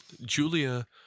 Julia